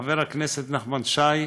חבר הכנסת נחמן שי,